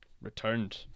returned